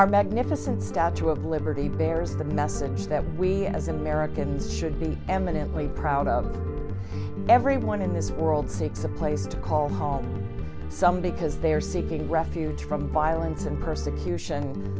our magnificent statue of liberty bears the message that we as americans should be eminently proud of everyone in this world seeks a place to call home some because they are seeking refuge from violence and persecution